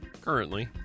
currently